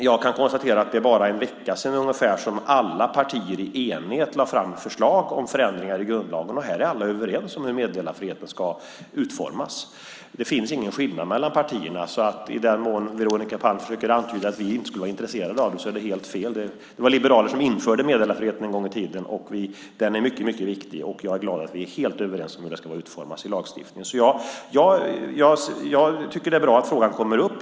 Jag kan konstatera att det bara är en vecka sedan ungefär som alla partier i enighet lade fram förslag om förändringar i grundlagen. Här är alla överens om hur meddelarfriheten ska utformas. Det finns ingen skillnad mellan partierna. I den mån Veronica Palm försöker antyda att vi inte skulle vara intresserade av det är det helt fel. Det var liberaler som införde meddelarfriheten en gång i tiden. Den är mycket viktig. Jag är glad att vi är helt överens om hur det ska utformas i lagstiftningen. Jag tycker att det är bra att frågan kommer upp.